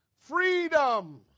Freedom